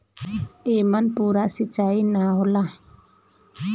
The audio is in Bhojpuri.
एमन पूरा सींचाई ना होला